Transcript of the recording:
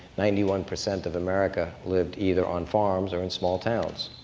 ninety one percent of america lived either on farms or in small towns.